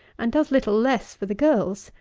and does little less for the girls,